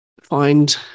find